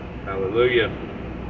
hallelujah